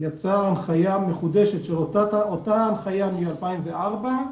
יצאה הנחייה מחודשת של אותה הנחייה מ-2004.